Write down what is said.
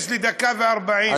יש לי דקה ו-40.